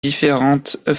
différentes